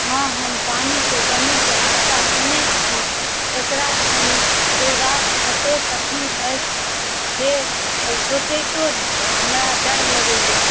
हँ हम पानिके कमीके आशा कयने छी एकरासँ निपटेबाक कते कठिन अछि से सोचैतो हमरा डर लगइए